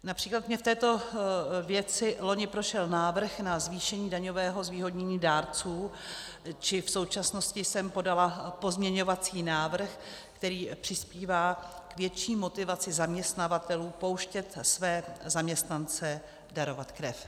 Například mi v této věci loni prošel návrh na zvýšení daňového zvýhodnění dárců, či v současnosti jsem podala pozměňovací návrh, který přispívá k větší motivaci zaměstnavatelů pouštět své zaměstnance darovat krev.